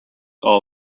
all